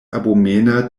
abomena